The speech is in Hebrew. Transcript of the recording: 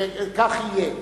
וכך יהיה.